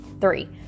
Three